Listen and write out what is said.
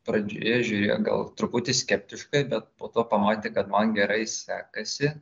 pradžioje žiūrėjo gal truputį skeptiškai bet po to pamatė kad man gerai sekasi